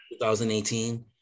2018